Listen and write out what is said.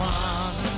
one